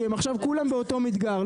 כי עכשיו כולם באותו מדגר,